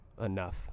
enough